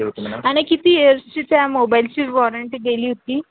आणि किती इयर्सची त्या मोबाईलची वॉरंटी केली होती